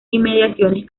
inmediaciones